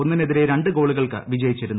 ഒന്നിനെതിരെ രണ്ടു ഗോളുകൾക്ക് വിജയിച്ചിരുന്നു